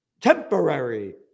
temporary